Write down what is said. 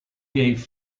gave